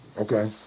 Okay